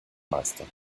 meister